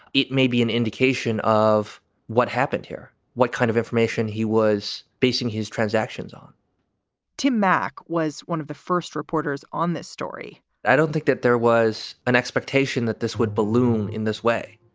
it may be an indication of what happened here. what kind of information he was basing his transactions on tim mak was one of the first reporters on this story i don't think that there was an expectation that this would balloon in this way.